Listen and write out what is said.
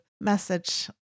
message